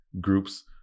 groups